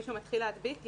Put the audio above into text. מישהו מתחיל להדביק,